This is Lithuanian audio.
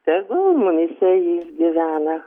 tegul mumyse ji ir gyvena